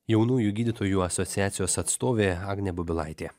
jaunųjų gydytojų asociacijos atstovė agnė bubilaitė